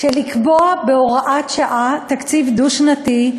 לקבוע בהוראת שעה תקציב דו-שנתי,